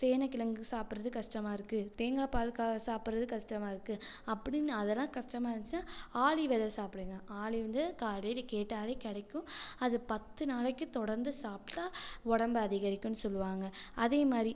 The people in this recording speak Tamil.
சேனக்கிழங்கு சாப்பிட்றது கஸ்டமாக இருக்குது தேங்காய்ப்பால் கா சாப்பிட்றது கஸ்டமாக இருக்குது அப்படின்னு அதெல்லாம் கஸ்டமாக இருந்துச்சுனா ஆளி வித சாப்பிடுங்க ஆளி வந்து கடையில் கேட்டாலே கிடைக்கும் அது பத்து நாளைக்கு தொடர்ந்து சாப்பிட்டா உடம்பு அதிகரிக்குன்னு சொல்லுவாங்க அதே மாதிரி